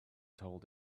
told